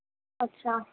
اچھا